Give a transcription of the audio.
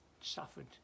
suffered